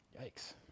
Yikes